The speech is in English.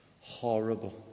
Horrible